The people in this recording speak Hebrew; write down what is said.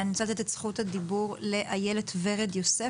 אני רוצה לתת את זכות הדיבור לאילת ורד יוסף,